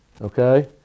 Okay